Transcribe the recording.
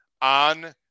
on